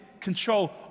control